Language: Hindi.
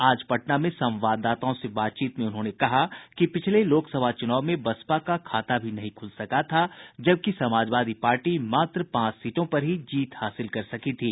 आज पटना में संवाददाताओं से बातचीत में उन्होंने कहा कि पिछले लोकसभा चुनाव में बसपा का खाता भी नहीं खुल सका था जबकि समाजवादी पार्टी मात्र पांच सीटों पर ही जीत हासिल कर सकी थी